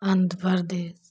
Andhra Pradesh